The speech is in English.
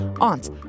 aunts